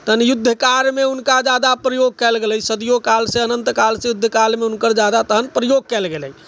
तहन युद्ध कार मे हुनका जादा प्रयोग कयल गेलै सदियो काल से अनन्त काल से युद्ध काल मे उनकर जादा तहन प्रयोग कयल गेलनि